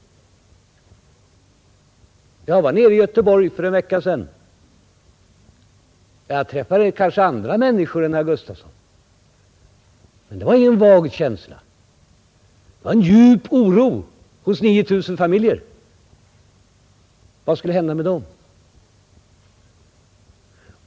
Jag var nere i Göteborg för en vecka sedan. Men jag träffade kanske andra människor än herr Gustafson gör. Det var ingen vag känsla de gav uttryck åt — det var en djup oro hos 9 000 familjer. Vad skulle hända med dem?